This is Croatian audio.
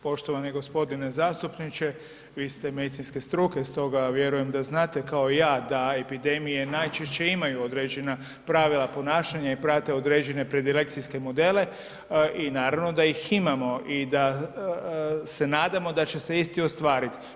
Poštovani g. zastupniče, vi ste medicinske struke stoga vjerujem da znate, kao i ja da epidemije najčešće imaju određena pravila ponašanja i prate određene predilekcijske modele i naravno da ih imamo i da se nadamo da će se isti ostvariti.